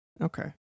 Okay